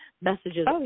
messages